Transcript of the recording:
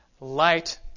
light